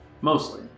Mostly